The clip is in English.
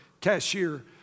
cashier